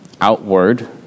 outward